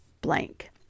blank